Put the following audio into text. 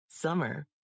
Summer